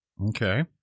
Okay